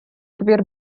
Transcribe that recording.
твір